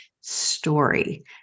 story